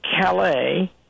Calais